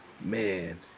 Man